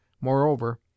Moreover